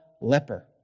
leper